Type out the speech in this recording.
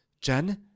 Jen